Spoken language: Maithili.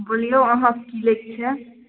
बोलियौ अहाँकेॅं की लैक छै